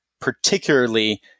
Particularly